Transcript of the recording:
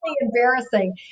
embarrassing